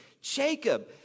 Jacob